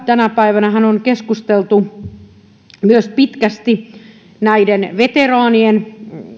tänä päivänähän on keskusteltu myös pitkästi näiden veteraanien